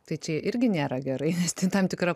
tai čia irgi nėra gerai nes t tam tikra